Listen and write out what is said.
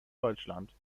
deutschland